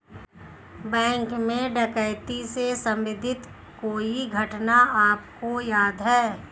Bank में डकैती से संबंधित कोई घटना आपको याद है?